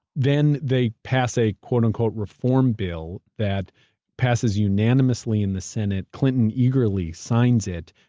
then they pass a, quote-unquote, reform bill that passes unanimously in the senate. clinton eagerly signs it,